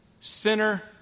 Sinner